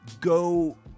go